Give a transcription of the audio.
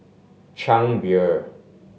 Chang Beer